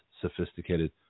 sophisticated